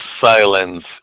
silence